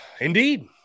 Indeed